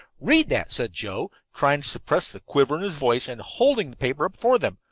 read that, said joe, trying to suppress the quiver in his voice, and holding the paper up before them.